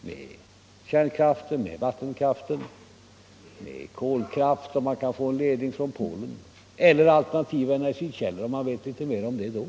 med kärnkraften, med vattenkraften, med kolkraften om vi kan få en ledning från Polen eller alternativa energikällor om vi vet mer om dem då.